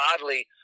oddly